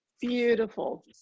Beautiful